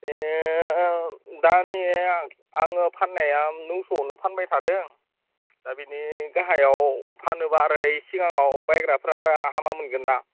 ए दा नै आङो फाननाया नौस'आवनो फानबाय थादों दा बेनि गाहायाव फानोबा ओरै सिगांआव बायग्राफोरा आरो हामा मोनगोन ना